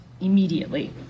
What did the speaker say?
immediately